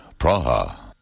Praha